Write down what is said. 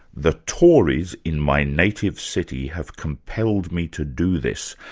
the tories in my native city have compelled me to do this.